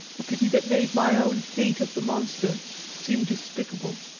a pity that made my own hate of the monster seem despicable.